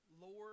Lord